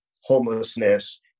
homelessness